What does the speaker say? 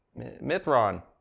Mithron